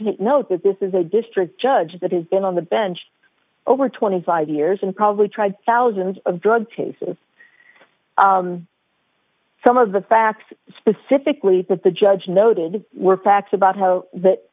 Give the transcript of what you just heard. take note that this is a district judge that has been on the bench over twenty five years and probably tried thousands of drug cases some of the facts specifically that the judge noted were facts about how that